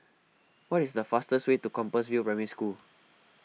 what is the fastest way to Compassvale Primary School